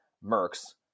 Merck's